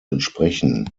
entsprechen